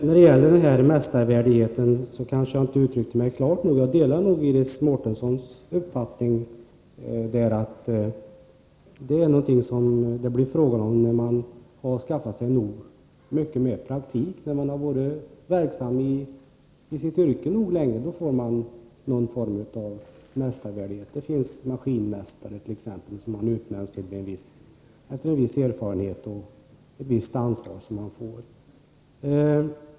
Herr talman! När det gäller mästarvärdigheten kanske jag inte uttryckte mig tillräckligt klart. Jag delar Iris Mårtenssons uppfattning att mästarvärdigheten blir aktuell, när man har skaffat sig mer praktik och varit verksam i sitt yrke en längre tid. Då kan man få någon form av mästarvärdighet. Man kan t.ex. utnämnas till maskinmästare efter en viss tid i yrket.